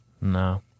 No